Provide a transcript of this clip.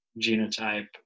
genotype